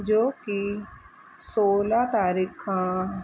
जो की सोलह तारीख़ खां